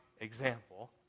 example